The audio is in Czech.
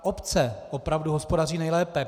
Obce opravdu hospodaří nejlépe.